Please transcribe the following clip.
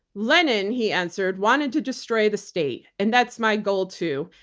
lenin. he answered, wanting to destroy the state. and that's my goal too.